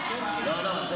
הללו.